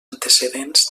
antecedents